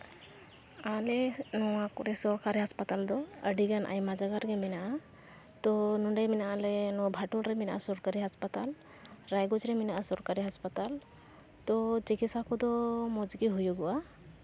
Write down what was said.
ᱟᱞᱮ ᱱᱚᱣᱟ ᱠᱚᱨᱮᱫ ᱥᱚᱨᱠᱟᱨᱤ ᱦᱟᱥᱯᱟᱛᱟᱞ ᱫᱚ ᱟᱹᱰᱤᱜᱟᱱ ᱟᱭᱢᱟ ᱡᱟᱭᱜᱟ ᱨᱮᱜᱮ ᱢᱮᱱᱟᱜᱼᱟ ᱛᱳ ᱱᱚᱸᱰᱮ ᱢᱮᱱᱟᱜᱼᱟ ᱟᱞᱮ ᱱᱚᱣᱟ ᱵᱷᱟᱴᱳᱞ ᱨᱮ ᱢᱮᱱᱟᱜᱼᱟ ᱥᱚᱨᱠᱟᱨᱤ ᱦᱟᱥᱯᱟᱛᱟᱞ ᱨᱟᱭᱜᱚᱸᱡᱽ ᱨᱮ ᱢᱮᱱᱟᱜᱼᱟ ᱥᱚᱨᱠᱟᱨᱤ ᱦᱟᱥᱯᱟᱛᱟᱞ ᱛᱳ ᱪᱤᱠᱤᱛᱥᱟ ᱠᱚᱫᱚ ᱢᱚᱡᱽ ᱜᱮ ᱦᱩᱭᱩᱜᱚᱜᱼᱟ